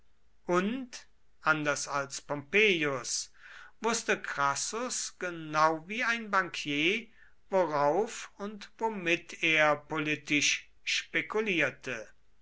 und anders als pompeius wußte crassus genau wie ein bankier worauf und womit er politisch spekulierte